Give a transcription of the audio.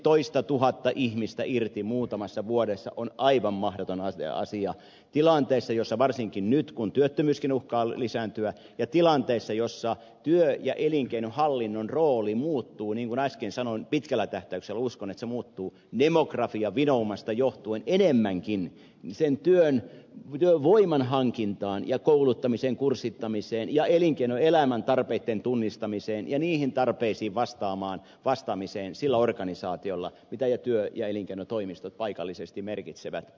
pitkälti toistatuhatta ihmistä irti muutamassa vuodessa on aivan mahdoton asia varsinkin tilanteessa jossa nyt työttömyyskin uhkaa lisääntyä ja tilanteessa jossa työ ja elinkeinohallinnon rooli muuttuu niin kuin äsken sanoin pitkällä tähtäyksellä uskon että se muuttuu demografiavinoumasta johtuen enemmänkin sen työvoiman hankintaan ja kouluttamiseen kurssittamiseen ja elinkeinoelämän tarpeitten tunnistamiseen ja niihin tarpeisiin vastaamiseen sillä organisaatiolla mitä työ ja elinkeinotoimistot paikallisesti merkitsevät